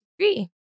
three